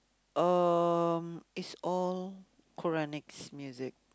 um is all quranic music